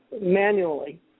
manually